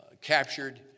captured